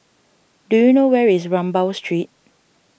do you know where is Rambau Street